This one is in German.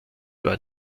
war